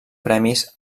premis